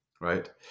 right